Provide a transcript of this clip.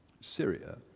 Syria